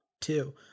two